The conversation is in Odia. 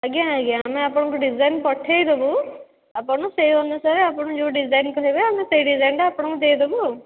ଆଜ୍ଞା ଆଜ୍ଞା ଆମେ ଆପଣଙ୍କୁ ଡିଜାଇନ ପଠାଇଦେବୁ ଆପଣ ସେହି ଅନୁସାରେ ଆପଣ ଯେଉଁ ଡିଜାଇନ କହିବେ ଆମେ ସେହି ଡିଜାଇନଟା ଆପଣଙ୍କୁ ଦେଇଦେବୁ ଆଉ